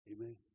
Amen